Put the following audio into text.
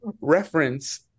reference